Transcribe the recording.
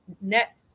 net